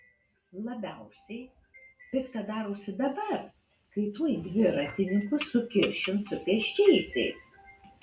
labiausiai pikta darosi dabar kai tuoj dviratininkus sukiršins su pėsčiaisiais